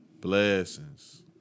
blessings